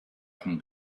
can